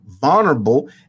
vulnerable